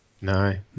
No